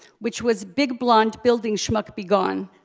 which was big blond building schmuck begone.